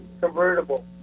convertible